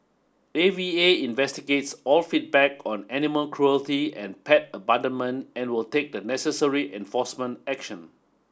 A V A investigates all feedback on animal cruelty and pet abandonment and will take the necessary enforcement action